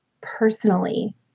personally